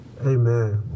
Amen